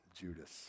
Judas